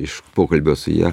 iš pokalbio su ja